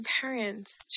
parents